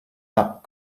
not